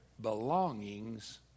belongings